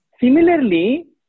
Similarly